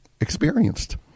experienced